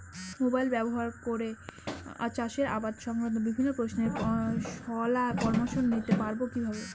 Mobile ব্যাবহার করে চাষের আবাদ সংক্রান্ত বিভিন্ন প্রশ্নের শলা পরামর্শ নিতে পারবো কিভাবে?